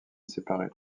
séparée